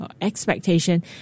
expectation